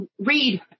Read